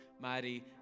mighty